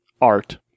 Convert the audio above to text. art